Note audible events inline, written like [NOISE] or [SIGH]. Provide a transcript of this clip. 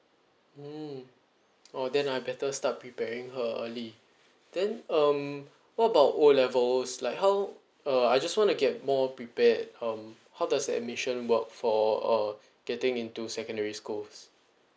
mm oh then I better start preparing her early [BREATH] then um what about o levels like how uh I just wanna get more prepared um how does admission work for uh [BREATH] getting into secondary schools